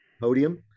podium